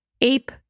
ape